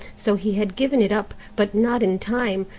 so he had given it up, but not in time,